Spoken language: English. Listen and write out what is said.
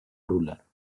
ruler